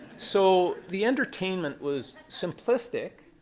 so the entertainment was simplistic.